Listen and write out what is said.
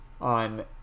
on